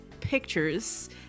pictures